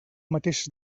mateix